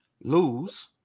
lose